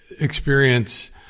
experience